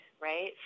right